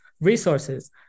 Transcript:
resources